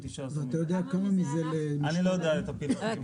ואתה יודע כמה מזה ל --- אני לא יודע את הפילוחים.